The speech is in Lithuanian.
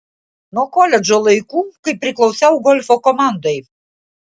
nuo koledžo laikų kai priklausiau golfo komandai